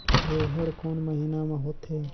रेहेण कोन महीना म होथे?